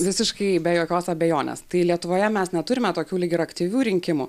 visiškai be jokios abejonės tai lietuvoje mes neturime tokių lyg ir aktyvių rinkimų